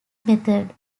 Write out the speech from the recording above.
method